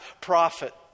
prophet